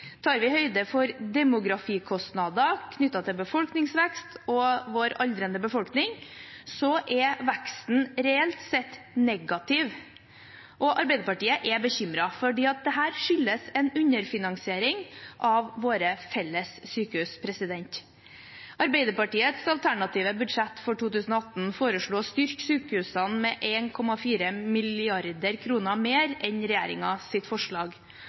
Tar vi høyde for demografikostnader knyttet til befolkningsvekst og vår aldrende befolkning, er veksten reelt sett negativ, og Arbeiderpartiet er bekymret, for dette skyldes en underfinansiering av våre felles sykehus. I Arbeiderpartiets alternative budsjett for 2018 foreslår vi å styrke sykehusene med 1,4 mrd. kr mer enn i regjeringens forslag.